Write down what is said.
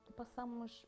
passamos